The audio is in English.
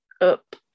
up